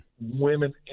women